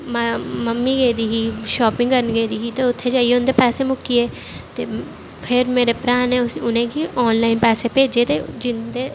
mummy गेदी ही shopping करन गेदी ही ते उत्थें जाइयै उंदे पैसे मुक्की गे ते फिर मेरे भ्राऽ ने उसी उ'नेंगी पैसे भेजे ते जिंदे